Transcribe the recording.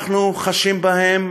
אנחנו חשים בהם,